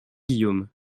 guillaume